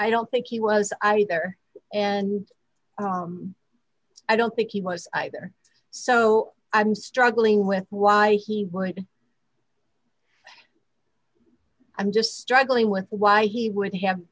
i don't think he was either and i don't think he was either so i'm struggling with why he wasn't i'm just struggling with why he would have